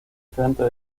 diferentes